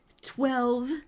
Twelve